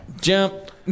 Jump